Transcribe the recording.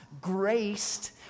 graced